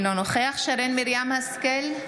אינו נוכח שרן מרים השכל,